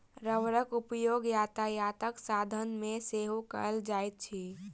रबड़क उपयोग यातायातक साधन मे सेहो कयल जाइत अछि